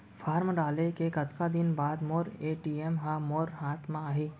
Form डाले के कतका दिन बाद मोर ए.टी.एम ह मोर हाथ म आही?